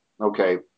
Okay